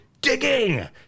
digging